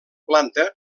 planta